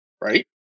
right